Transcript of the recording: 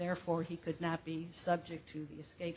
therefore he could not be subject to escape